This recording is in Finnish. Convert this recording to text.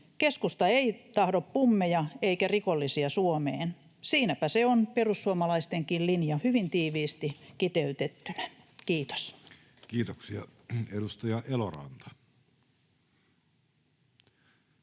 keskusta ei tahdo pummeja eikä rikollisia Suomeen — siinäpä se on perussuomalaistenkin linja hyvin tiiviisti kiteytettynä. — Kiitos. [Speech 461]